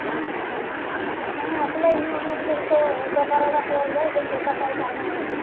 ହଁ ତୁମେ ଆସିଲେ ଏନେ ଆମର ଠିକ୍ ସେ ବେପାରଟା କରିବା ଦୁଇ ପଇସା ପାଇ ପାରିବା ବୋଲି